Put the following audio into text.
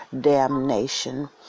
damnation